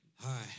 Hi